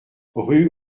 rue